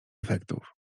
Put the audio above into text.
efektów